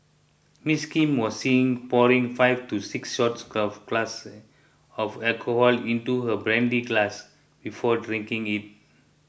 Ms Kim was seen pouring five to six shot glasses of alcohol into her brandy glass before drinking it